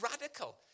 radical